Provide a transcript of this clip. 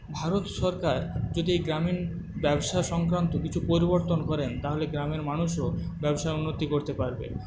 ভারত সরকার যদি এই গ্রামীণ ব্যবসা সংক্রান্ত কিছু পরিবর্তন করেন তাহলে গ্রামের মানুষও ব্যবসায় উন্নতি করতে পারবে